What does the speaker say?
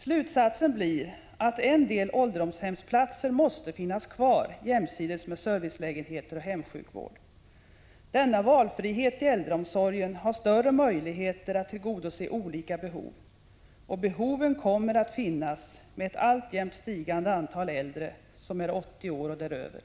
Slutsatsen blir att en del ålderdomshemsplatser måste finnas kvar jämsides med servicelägenheter och hemsjukvård. Denna valfrihet i äldreomsorgen har större möjlighet att tillgodose olika behov. Och behoven kommer att finnas med ett alltjämt stigande antal äldre som är 80 år och däröver.